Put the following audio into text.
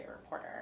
reporter